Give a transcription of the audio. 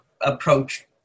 approach